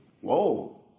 Whoa